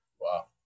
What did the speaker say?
Wow